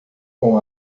com